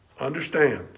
Understand